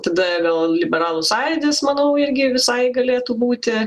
tada vėl liberalų sąjūdis manau irgi visai galėtų būti